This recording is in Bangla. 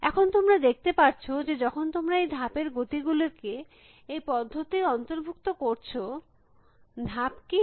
এখন তোমরা দেখতে পারছ যে যখন তোমরা এই ধাপের গতি গুলিকে এই পদ্ধতির অন্তর্ভুক্ত করছ ধাপ কী